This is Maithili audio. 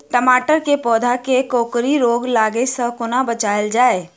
टमाटर केँ पौधा केँ कोकरी रोग लागै सऽ कोना बचाएल जाएँ?